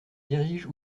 dirige